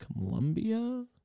Columbia